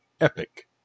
Epic